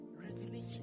revelation